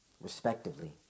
respectively